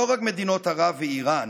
לא רק מדינות ערב ואיראן